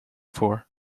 for